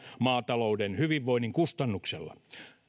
maatalouden hyvinvoinnin kustannuksella